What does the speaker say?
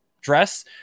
dress